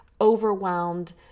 overwhelmed